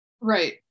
Right